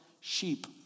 sheep